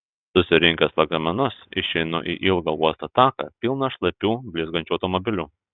susirinkęs lagaminus išeinu į ilgą uosto taką pilną šlapių blizgančių automobilių